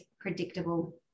predictable